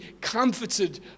comforted